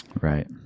Right